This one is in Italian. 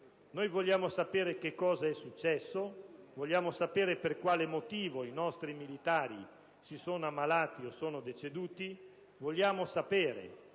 Vogliamo sapere che cosa è successo; vogliamo sapere per quale motivo i nostri militari si sono ammalati o sono deceduti: vogliamo saperlo